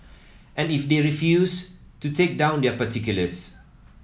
and if they refuse to take down their particulars